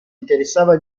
interessava